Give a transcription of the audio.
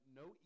no